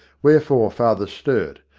where fore father sturt,